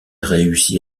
réussit